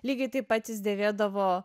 lygiai taip pat jis dėvėdavo